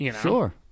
sure